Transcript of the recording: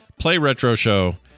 PlayRetroShow